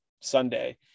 Sunday